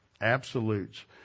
absolutes